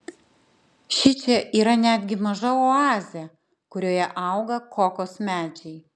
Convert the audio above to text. šičia yra netgi maža oazė kurioje auga kokos medžiai